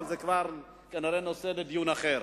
אבל זה כבר נושא לדיון אחר.